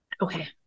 Okay